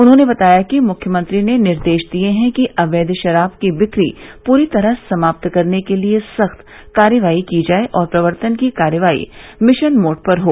उन्होंने बताया कि मुख्यमंत्री ने निर्देश दिये हैं कि अवैध शराब की ब्रिकी पूरी तरह समाप्त करने के लिये सख्त कार्रवाई की जाये और प्रवर्तन की कार्रवाई मिशनमोड पर हो